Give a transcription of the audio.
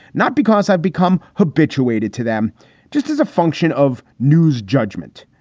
not because i've become habituated to them just as a function of news judgment.